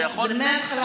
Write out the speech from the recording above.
זה מההתחלה עד הסוף.